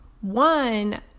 one